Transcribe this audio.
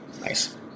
nice